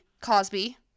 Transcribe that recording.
Cosby